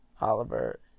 Oliver